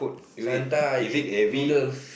sometime I eat noodles